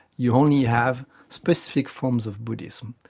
you only have specific forms of buddhism,